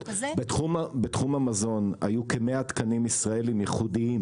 בתחום המזון היו כ-100 תקנים ישראלים ייחודיים